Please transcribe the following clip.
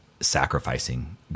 sacrificing